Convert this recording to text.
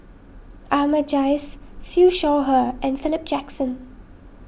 Ahmad Jais Siew Shaw Her and Philip Jackson